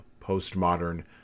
postmodern